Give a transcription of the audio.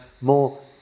more